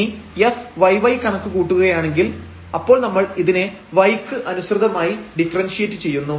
ഇനി fyy കണക്ക് കൂട്ടുകയാണെങ്കിൽ അപ്പോൾ നമ്മൾ ഇതിനെ y ക്ക് അനുസൃതമായി ഡിഫറെൻഷിയേറ്റ് ചെയ്യുന്നു